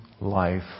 life